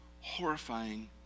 horrifying